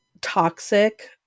toxic